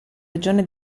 regione